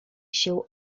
się